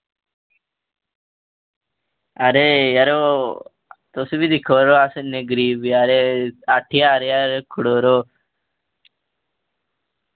अरे यरो तुस बी दिक्खो यरो अस इन्ने गरीब बचैरे अट्ठ ज्हार गै रक्खी ओड़ो यरो